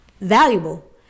valuable